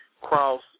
cross